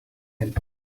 him